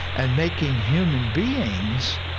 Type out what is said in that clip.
and making human beings